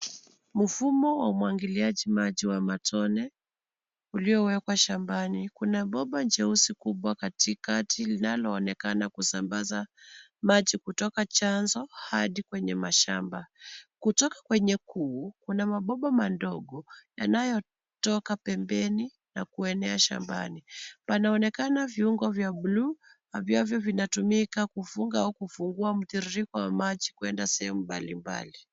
Mfumo wa umwagiliaji maji wa matone uliowekwa shambani. Kuna bomba jeusi kubwa katikati linaloonekana kusambaza maji kutoka chanzo hadi kwenye mashamba. Kutoka kwenye kuu, kuna mabomba madogo yanayotoka pembeni na kuenea shambani. panaonekana viunganishi vya buluu vinavyotumika kufunga au kufungua mtiririko wa maji kwenda sehemu mbalimbali.